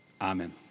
amen